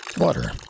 Water